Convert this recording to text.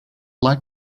like